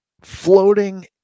floating